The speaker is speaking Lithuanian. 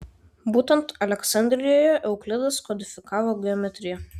būtent aleksandrijoje euklidas kodifikavo geometriją